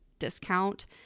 Discount